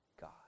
God